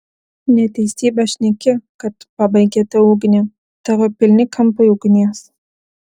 neteisybę šneki kad pabaigėte ugnį tavo pilni kampai ugnies